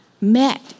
met